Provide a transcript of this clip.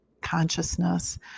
consciousness